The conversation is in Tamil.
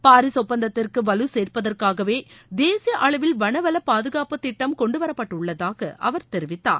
பாரிஸ் ஒப்பந்தத்திற்கு வலு சேர்ப்பதற்காகவே தேசிய அளவில் வனவளப் பாதுகாப்பு திட்டம் கொண்டுவரப்பட்டுள்ளதாக அவர் தெரிவித்தார்